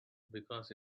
because